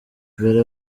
mbere